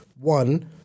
one